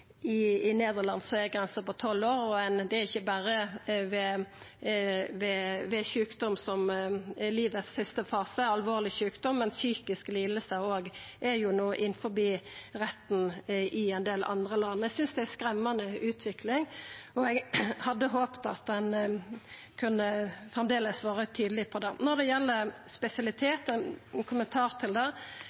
er grensa tolv år. Det er ikkje berre sjukdom i den siste fasen av livet, alvorleg sjukdom, òg psykiske lidingar er no innanfor retten i ein del land. Eg synest det er ei skremmande utvikling, og eg hadde håpt at ein framleis kunne vera tydeleg på det. Når det gjeld spesialitet, har eg ein kommentar til det.